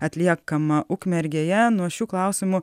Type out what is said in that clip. atliekama ukmergėje nuo šių klausimų